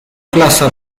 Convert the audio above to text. plaza